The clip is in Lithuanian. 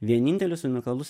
vienintelis unikalus